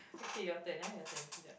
okay your turn eh your turn